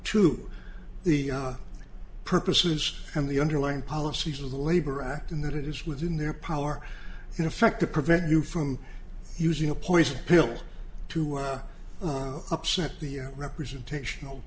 to the purposes and the underlying policies of the labor act in that it is within their power in effect to prevent you from using a poison pill to are upset the representational